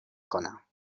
کنم